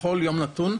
בכל יום נתון,